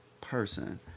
person